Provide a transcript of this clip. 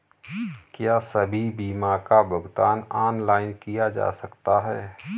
क्या सभी बीमा का भुगतान ऑनलाइन किया जा सकता है?